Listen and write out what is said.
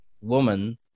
woman